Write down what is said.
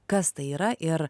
kas tai yra ir